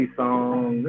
song